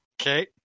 Okay